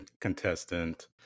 contestant